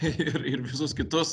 ir ir visus kitus